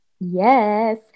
Yes